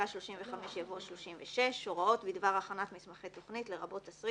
הרישומי יוביל למצב שבו אנחנו נצטרך